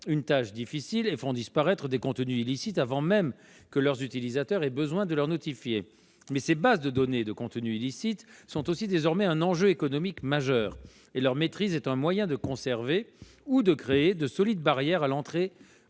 une tâche difficile et font disparaître des contenus illicites avant même que leurs utilisateurs n'aient eu besoin de les leur notifier. Mais ces bases de données de contenus illicites constituent aussi désormais un enjeu économique majeur. Leur maîtrise est un moyen de conserver ou de créer de solides barrières à l'entrée,